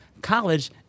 College